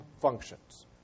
functions